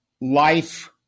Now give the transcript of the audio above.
life